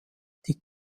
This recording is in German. die